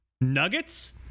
Nuggets